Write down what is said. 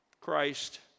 Christ